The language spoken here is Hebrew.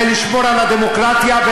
לשמור על הדמוקרטיה,